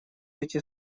эти